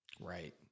Right